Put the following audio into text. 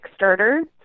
Kickstarter